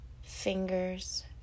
fingers